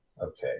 okay